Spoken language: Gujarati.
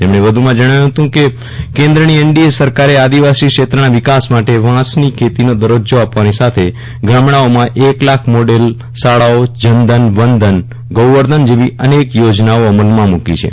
તેમણે વધુમાં જણાવ્યું છે કે કેન્દ્રની એનડીએ સરકારે આદિવાસી ક્ષેત્રના વિકાસ માટે વાંસની ખેતીનો દરજજો આપવાની સાથે ગામડાંઓમાં એક લાખ મોડેલ શાળાઓ જનધન વનધન ગોવર્ધન જેવી અનેક યોજનાઓ અમલમાં મૂકી છે